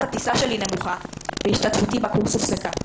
הטיסה שלי נמוכה והשתתפותי בקורס הופסקה.